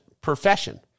Profession